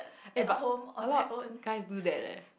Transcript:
eh but a lot guys do that leh